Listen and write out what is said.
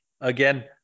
again